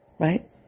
Right